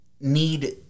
need